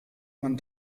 man